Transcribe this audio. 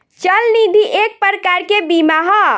चल निधि एक प्रकार के बीमा ह